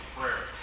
Prayer